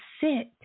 sit